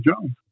Jones